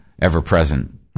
ever-present